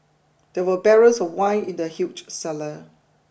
there were barrels of wine in the huge cellar